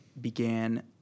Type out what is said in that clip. began